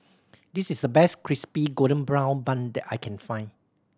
this is the best Crispy Golden Brown Bun that I can find